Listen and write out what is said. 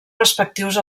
respectius